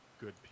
good